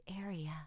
area